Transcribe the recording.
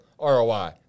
ROI